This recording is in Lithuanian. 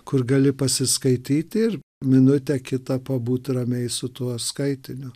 kur gali pasiskaityti ir minutę kitą pabūt ramiai su tuo skaitiniu